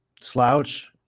slouch